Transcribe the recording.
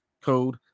code